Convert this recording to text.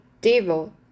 devil